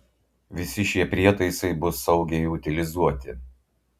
visi šie prietaisai bus saugiai utilizuoti